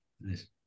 Nice